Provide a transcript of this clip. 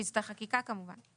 חקיקה כמובן.